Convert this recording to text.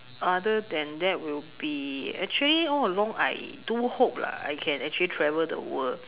other than that will be actually all along I do hope lah I can actually travel the world